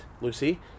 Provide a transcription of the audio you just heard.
Lucy